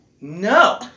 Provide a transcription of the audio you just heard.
no